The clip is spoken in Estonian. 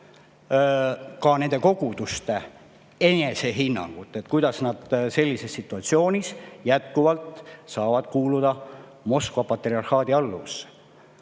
ka nende koguduste enese hinnangut, kuidas nad sellises situatsioonis saavad jätkuvalt kuuluda Moskva patriarhaadi alluvusse.